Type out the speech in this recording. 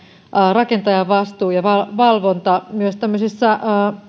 rakentajan vastuu ja valvonta myös tämmöisissä